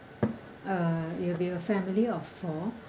uh it'll be a family of four